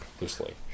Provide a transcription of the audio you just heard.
loosely